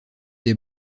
des